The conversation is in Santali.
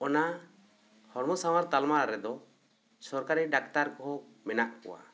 ᱚᱱᱟ ᱦᱚᱲᱢᱚ ᱥᱟᱶᱟᱨ ᱛᱟᱞᱢᱟ ᱨᱮᱫᱚ ᱥᱚᱨᱠᱟᱨᱤ ᱰᱟᱠᱛᱟᱨ ᱠᱚᱦᱚᱸ ᱢᱮᱱᱟᱜ ᱠᱚᱣᱟ